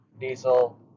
diesel